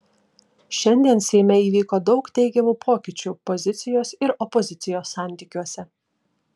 šiandien seime įvyko daug teigiamų pokyčių pozicijos ir opozicijos santykiuose